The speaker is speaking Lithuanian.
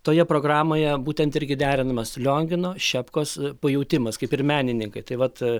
toje programoje būtent irgi derinamas liongino šepkos pajautimas kaip ir menininkai tai vat